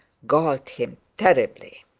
galled him terribly.